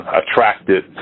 attracted